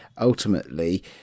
Ultimately